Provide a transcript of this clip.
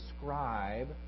describe